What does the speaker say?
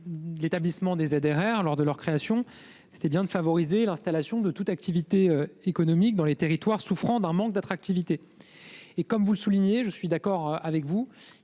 L'objectif des ZRR, lors de leur création, était bien de favoriser l'installation de toute activité économique dans les territoires souffrant d'un manque d'attractivité. Madame la sénatrice, je suis d'accord avec vous,